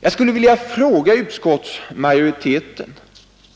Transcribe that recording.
Jag skulle vilja fråga utskottsmajoriteten